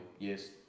Yes